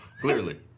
Clearly